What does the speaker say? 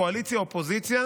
קואליציה-אופוזיציה,